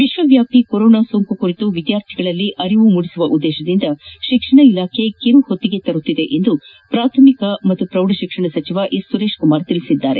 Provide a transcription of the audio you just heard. ವಿಶ್ವವ್ವಾಪಿ corona ಸೋಂಕು ಕುರಿತು ವಿದ್ವಾರ್ಥಿಗಳಲ್ಲಿ ಅರಿವು ಮೂಡಿಸುವ ಉದ್ದೇಶದಿಂದ ಶಿಕ್ಷಣ ಇಲಾಖೆ ಕಿರುಹೊತ್ತಿಗೆ ತರುತ್ತಿದೆ ಎಂದು ಪ್ರಾಥಮಿಕ ಮತ್ತು ಪ್ರೌಢಶಿಕ್ಷಣ ಸಚಿವ ಎಸ್ಸುರೇಶ್ ಕುಮಾರ್ ತಿಳಿಸಿದ್ದಾರೆ